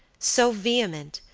so vehement,